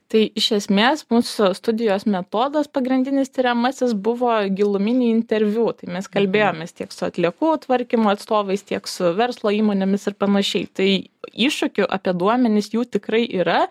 tai iš esmės mūsų studijos metodas pagrindinis tiriamasis buvo giluminį interviu tai mes kalbėjomės tiek su atliekų tvarkymo atstovais tiek su verslo įmonėmis ir panašiai tai iššūkių apie duomenis jų tikrai yra